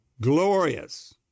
Glorious